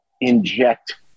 inject